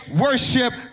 worship